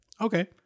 Okay